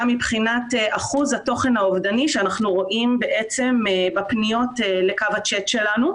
גם מבחינת אחוז התוכן האובדני שאנחנו רואים בפניות לקו הצ'ט שלנו.